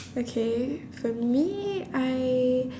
okay for me I